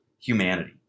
humanity